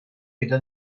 gyda